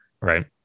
right